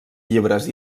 llibres